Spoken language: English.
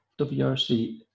WRC